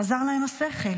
חזר להם השכל.